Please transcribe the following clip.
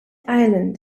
island